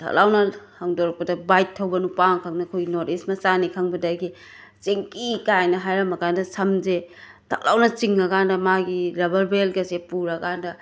ꯁꯠ ꯂꯥꯎꯅ ꯍꯥꯡꯗꯣꯔꯛꯄꯗ ꯕꯥꯏꯛ ꯊꯧꯕ ꯅꯨꯄꯥ ꯑꯝꯈꯛꯅ ꯑꯩꯈꯣꯏ ꯅꯣꯔꯠ ꯏꯁ ꯃꯆꯥꯅꯤ ꯈꯪꯕꯗꯒꯤ ꯆꯤꯡꯀꯤ ꯀꯥꯏꯅ ꯍꯥꯏꯔꯝꯃꯀꯥꯟꯗ ꯁꯝꯁꯦ ꯊꯛ ꯂꯥꯎꯅ ꯆꯤꯡꯉꯀꯥꯟꯗ ꯃꯥꯒꯤ ꯔꯕꯔ ꯕꯦꯜꯀꯁꯦ ꯄꯨꯔꯀꯥꯟꯗ